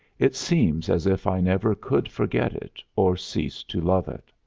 it seems as if i never could forget it or cease to love it.